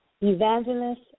Evangelist